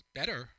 better